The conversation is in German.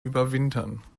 überwintern